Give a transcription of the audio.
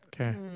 okay